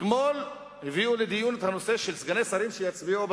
אתמול הביאו לדיון את הנושא של סגני שרים שיצביעו בוועדות,